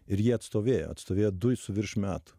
ir jie atstovėjo atstovėjo du ir su virš metų